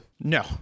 No